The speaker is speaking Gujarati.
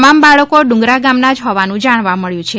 તમામ બાળકો ડુંગરા ગામના જ હોવાનું જાણવા મળ્યું છે